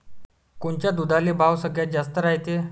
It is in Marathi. कोनच्या दुधाले भाव सगळ्यात जास्त रायते?